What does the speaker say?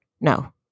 No